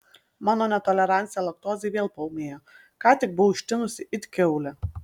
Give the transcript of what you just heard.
mano netolerancija laktozei vėl paūmėjo ką tik buvau ištinusi it kiaulė